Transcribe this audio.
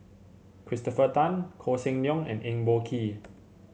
Christopher Tan Koh Seng Leong and Eng Boh Kee